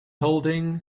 holding